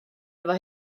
efo